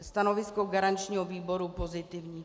Stanovisko garančního výboru je pozitivní.